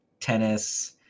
Tennis